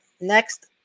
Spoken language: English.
Next